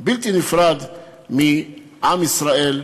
בלתי נפרד מעם ישראל ומארץ-ישראל.